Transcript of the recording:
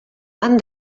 han